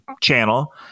channel